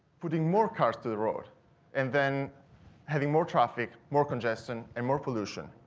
putting more cars to the road and then having more traffic, more congestion, and more pollution.